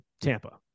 Tampa